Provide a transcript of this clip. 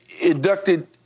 inducted